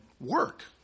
Work